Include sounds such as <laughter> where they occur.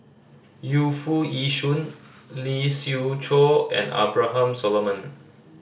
Yu Foo Yee Shoon <noise> Lee Siew Choh and Abraham Solomon